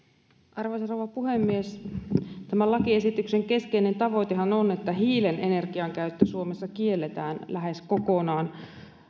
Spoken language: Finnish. arvoisa rouva puhemies tämän lakiesityksen keskeinen tavoitehan on että hiilen energiakäyttö suomessa kielletään lähes kokonaan